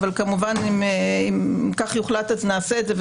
אבל כמובן אם כך יוחלט אז נעשה את זה,